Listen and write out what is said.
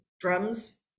drums